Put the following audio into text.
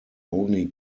only